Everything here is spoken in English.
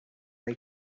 they